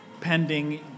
pending